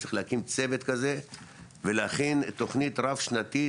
צריכים להקים צוות כזה ולהכין תכנית רב שנתית,